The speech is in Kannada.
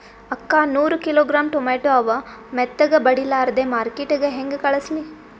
ಅಕ್ಕಾ ನೂರ ಕಿಲೋಗ್ರಾಂ ಟೊಮೇಟೊ ಅವ, ಮೆತ್ತಗಬಡಿಲಾರ್ದೆ ಮಾರ್ಕಿಟಗೆ ಹೆಂಗ ಕಳಸಲಿ?